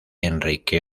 enrique